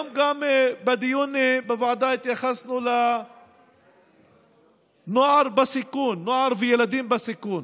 בדיון היום בוועדה התייחסנו גם לנוער וילדים בסיכון.